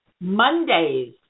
Mondays